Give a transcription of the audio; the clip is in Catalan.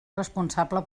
responsable